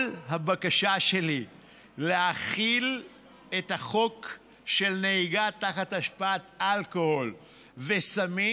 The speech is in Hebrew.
כל הבקשה שלי היא להחיל את החוק של נהיגה תחת השפעת אלכוהול וסמים,